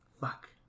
fuck